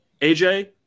AJ